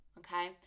okay